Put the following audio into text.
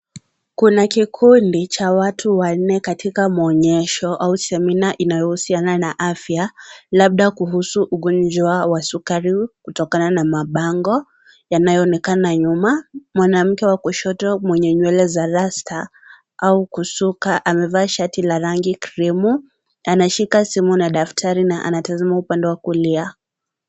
Kuna kikundi cha watu wanne katika maonyesho au semina inayohusiana na afya, labda kuhusu ugonjwa wa sukari, kutokana na mabango yanayoonekana nyuma. Mwanamke wa kushoto mwenye nywele za ruster au kusuka amevaa shati la rangi cream , anashika simu na daftari anatazama upande wa kuliaa.